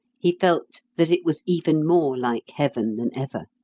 he felt that it was even more like heaven than ever.